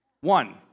One